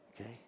Okay